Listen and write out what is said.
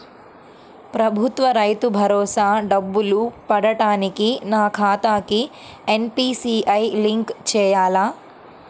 ప్రభుత్వ రైతు భరోసా డబ్బులు పడటానికి నా ఖాతాకి ఎన్.పీ.సి.ఐ లింక్ చేయాలా?